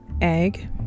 egg